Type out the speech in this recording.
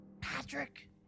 Patrick